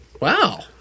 Wow